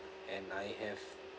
and I have